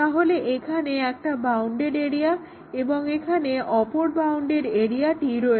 তাহলে এখানে একটা বাউন্ডেড এরিয়া এবং এখানে অপর বাউন্ডেডটি রয়েছে